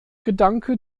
gedanke